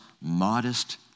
modest